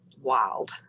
wild